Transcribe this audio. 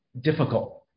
difficult